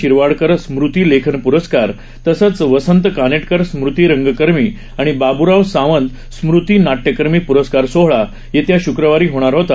शिरवाडकर स्मृती लेखन प्रस्कार तसंच वसंत काने कर स्मृती रंगकर्मी आणि बाब्राव सावंत स्मृती नाट्यकर्मी पुरस्कार सोहळा येत्या शुक्रवारी होणार होता